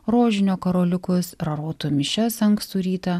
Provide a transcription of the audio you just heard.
rožinio karoliukus rarotų mišias ankstų rytą